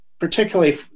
particularly